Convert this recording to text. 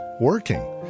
working